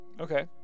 Okay